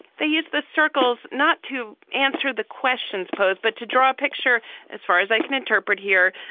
they use the circles not to answer the questions posed, but to draw a picture as far as i can interpret here,